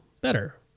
better